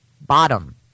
bottom